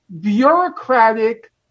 bureaucratic